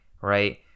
right